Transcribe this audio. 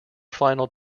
final